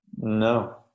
No